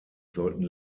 sollten